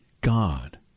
God